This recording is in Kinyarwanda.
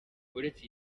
uretse